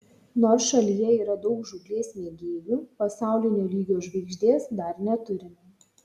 nors šalyje yra daug žūklės mėgėjų pasaulinio lygio žvaigždės dar neturime